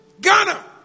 Ghana